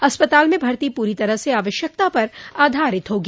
अस्पताल में भर्ती पूरी तरह से आवश्यकता पर आधारित होगी